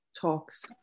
talks